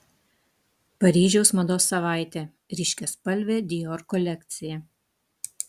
paryžiaus mados savaitė ryškiaspalvė dior kolekcija